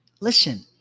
listen